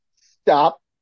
stop